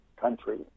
country